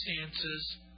circumstances